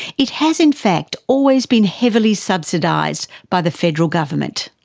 it has in fact always been heavily subsidised by the federal government.